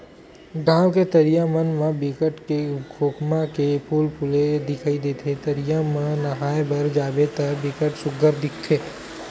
गाँव के तरिया मन म बिकट के खोखमा के फूल फूले दिखई देथे, तरिया म नहाय बर जाबे त बिकट सुग्घर दिखथे